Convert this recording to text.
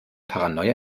paranoia